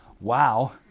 Wow